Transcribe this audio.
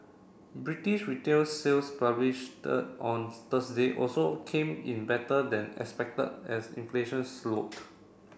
British retail sales published on Thursday also came in better than expected as inflation slowed